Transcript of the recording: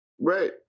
right